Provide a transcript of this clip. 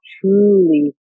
truly